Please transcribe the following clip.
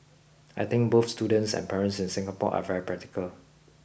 I think both students and parents in Singapore are very practical